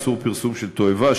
איסור פרסום של תועבה,